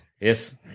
Yes